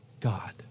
God